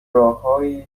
راههایی